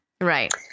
Right